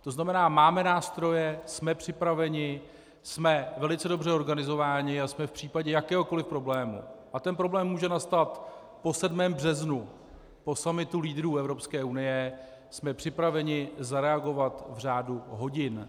To znamená máme nástroje, jsme připraveni, jsme velice dobře organizováni a jsme v případě jakéhokoli problému, a ten problém může nastat po 7. březnu, po summitu lídrů Evropské unie, jsme připraveni zareagovat v řádu hodin.